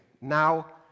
now